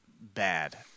bad